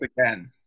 again